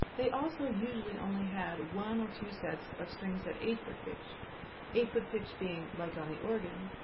they also usually only had one or two sets of strings at eight-foot pitch eight-foot pitch being, like on the organ,